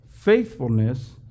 faithfulness